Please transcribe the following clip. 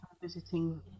visiting